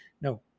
no